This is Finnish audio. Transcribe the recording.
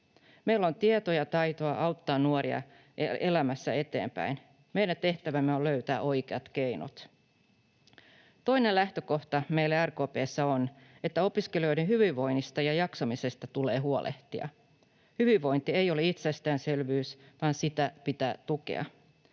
Meillä on tietoa ja taitoa auttaa nuoria elämässä eteenpäin. Meidän tehtävänämme on löytää oikeat keinot. Toinen lähtökohta meille RKP:ssä on, että opiskelijoiden hyvinvoinnista ja jaksamisesta tulee huolehtia. Hyvinvointi ei ole itsestäänselvyys, vaan sitä pitää tukea.